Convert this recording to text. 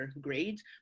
grades